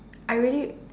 I really